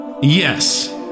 Yes